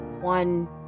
one